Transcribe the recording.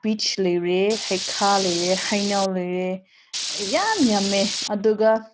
piece ꯂꯩꯔꯦ ꯍꯩꯈꯥ ꯂꯩꯔꯦ ꯍꯩꯅꯧ ꯂꯩꯔꯦ ꯌꯥꯝ ꯌꯥꯝꯃꯦ ꯑꯗꯨꯒ